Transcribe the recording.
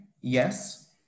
Yes